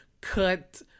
cut